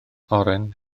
oren